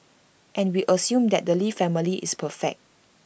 and we assume that the lee family is perfect